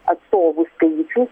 atstovų skaičių